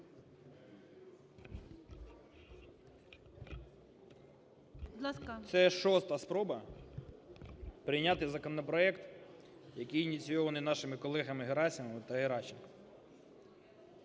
Це шоста спроба прийняти законопроект, який ініційований нашими колегами Герасимовим та Геращенком.